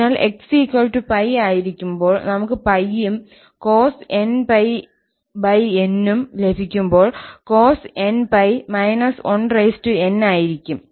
അതിനാൽ 𝑥 𝜋 ആയിരിക്കുമ്പോൾ നമുക്ക് 𝜋 ഉം cos 𝑛𝜋𝑛 ഉം ലഭിക്കുമ്പോൾ cos 𝑛𝜋 −1n ആയിരിക്കും